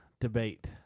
debate